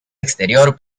exterior